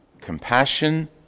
compassion